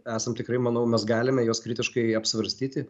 esam tikrai manau mes galime juos kritiškai apsvarstyti